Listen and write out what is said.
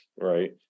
right